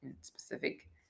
specific